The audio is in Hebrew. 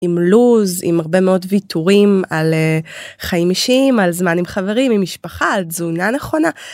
עם לוז, עם הרבה מאוד ויתורים על חיים אישיים, על זמן עם חברים, עם משפחה, על תזונה נכונה.